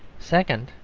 second,